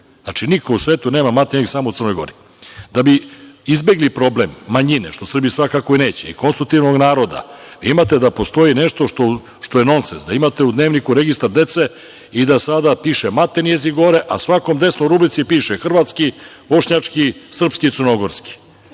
Znači, niko u svetu nam maternji jezik, samo u Crnoj Gori. Da bi izbegli problem manjine, što Srbi svakako i neće, i konstutivnog naroda, imate da postoji nešto što je nonsens, da imate u dnevniku registar dece i da sada piše maternji jezik govore, a svakom desno u rubrici piše - hrvatski, bošnjački, srpski i crnogorski.